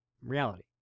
reality